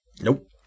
Nope